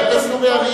שחרר אותם.